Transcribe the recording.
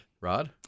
Rod